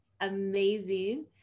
amazing